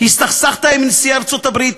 הסתכסכת עם נשיא ארצות-הברית,